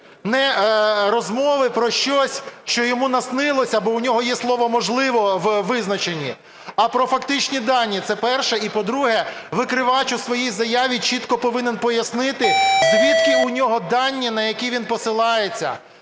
не розмови про щось, що йому наснилося або у нього є слово "можливо" у визначенні, а про фактичні дані. Це перше. І по-друге, викривач у своїй заяві чітко повинен пояснити, звідки у нього дані, на які він посилається.